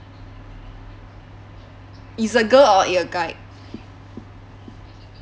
is a girl or a guy